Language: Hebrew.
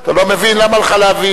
אתה לא מבין, למה לך להבין?